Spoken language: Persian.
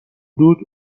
دود